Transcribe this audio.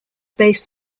based